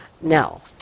no